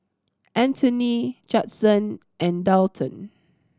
Anthoney Judson and Daulton